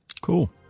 cool